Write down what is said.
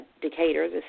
Decatur